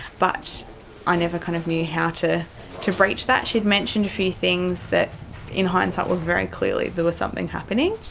but i never kind of knew how to to broach that. she's mentioned a few things that in hindsight very clearly there was something happening.